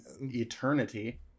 eternity